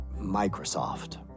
Microsoft